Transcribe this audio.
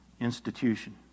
institution